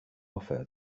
offer